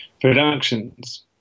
Productions